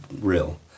real